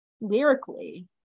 Lyrically